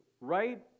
right